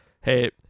hey